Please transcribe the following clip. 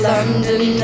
London